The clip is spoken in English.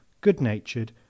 good-natured